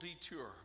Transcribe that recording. detour